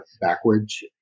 backwards